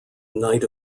night